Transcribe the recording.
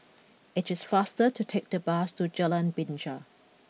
it is faster to take the bus to Jalan Binja